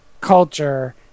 culture